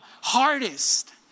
hardest